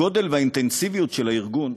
הגודל והאינטנסיביות של הארגון,